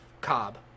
Cobb